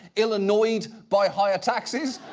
illinnoyed by higher taxes?